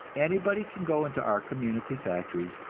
anybody can go into our community factories,